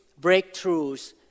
breakthroughs